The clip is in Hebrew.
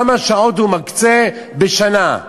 כמה שעות הוא מקצה בשנה.